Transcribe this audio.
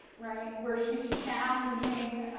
right, where she's challenging,